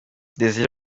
desire